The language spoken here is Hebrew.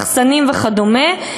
מחסנים וכדומה,